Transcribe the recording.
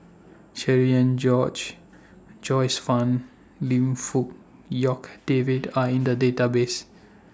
Cherian George Joyce fan Lim Fong Jock David Are in The Database